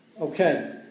Okay